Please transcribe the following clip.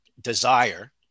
desire